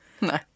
No